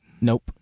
Nope